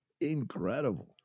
Incredible